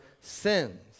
sins